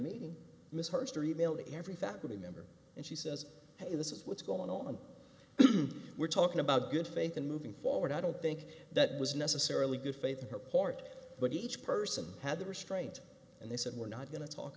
to every faculty member and she says hey this is what's going on we're talking about good faith and moving forward i don't think that was necessarily good faith report but each person had the restraint and they said we're not going to talk